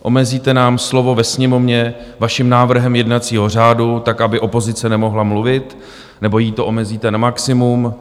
Omezíte nám slovo ve Sněmovně vaším návrhem jednacího řádu tak, aby opozice nemohla mluvit, nebo jí to omezíte na maximum.